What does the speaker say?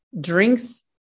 drinks